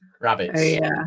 Rabbits